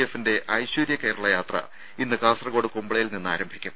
എഫിന്റെ ഐശ്വര്യ കേരളയാത്ര ഇന്ന് കാസർകോട് കുമ്പളയിൽ നിന്നാരംഭിക്കും